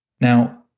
Now